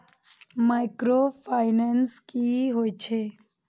Micro finance कि होई छै?